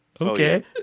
okay